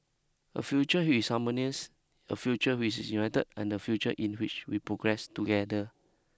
a future is harmonious a future which is united and a future in which we progress together